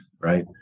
right